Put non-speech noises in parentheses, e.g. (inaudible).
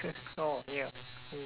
(noise) oh ya ya